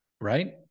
Right